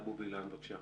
אבו וילן, בבקשה.